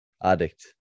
addict